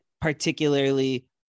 particularly